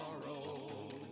tomorrow